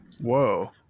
whoa